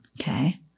Okay